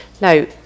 Now